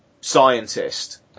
scientist